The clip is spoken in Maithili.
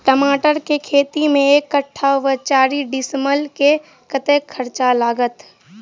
टमाटर केँ खेती मे एक कट्ठा वा चारि डीसमील मे कतेक खर्च लागत?